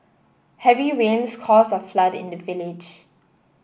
heavy rains caused a flood in the village